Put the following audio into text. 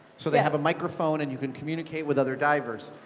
so they have a microphone, and you can communicate with other divers,